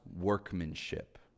workmanship